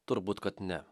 turbūt kad ne